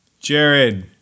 Jared